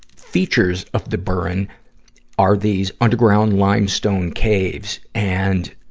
features of the burren are these underground limestone caves. and,